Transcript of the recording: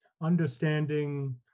understanding